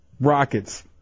Rockets